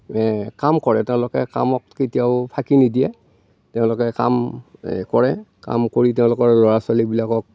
কাম কৰে তেওঁলোকে কামক কেতিয়াও ফাঁকি নিদিয়ে তেওঁলোকে কাম কৰে কাম কৰি তেওঁলোকৰ ল'ৰা ছোৱালীবিলাকক